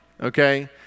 okay